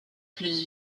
plus